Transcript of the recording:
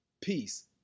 peace